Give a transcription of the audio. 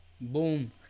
Boom